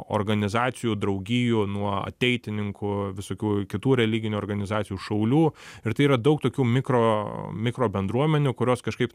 organizacijų draugijų nuo ateitininkų visokių kitų religinių organizacijų šaulių ir tai yra daug tokių mikro mikro bendruomenių kurios kažkaip